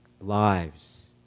lives